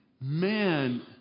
man